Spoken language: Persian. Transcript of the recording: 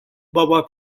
بابا